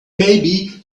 maybe